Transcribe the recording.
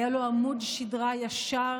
היה לו עמוד שדרה ישר